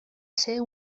ser